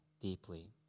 deeply